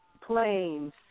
planes